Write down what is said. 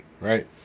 right